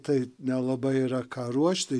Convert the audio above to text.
tai nelabai yra ką ruošti